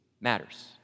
matters